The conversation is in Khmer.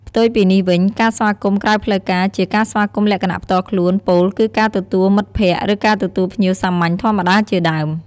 ផ្ទុយពីនេះវិញការស្វាគមន៍ក្រៅផ្លូវការជាការស្វាគមន៍លក្ខណៈផ្ទាល់ខ្លួន ពោលគឺការទទួលមិត្តភក្កិ ឬការទទួលភ្ញៀវសាមញ្ញធម្មតាជាដើម។